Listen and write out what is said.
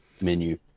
menu